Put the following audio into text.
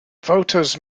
voters